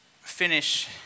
finish